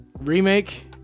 remake